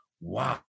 wow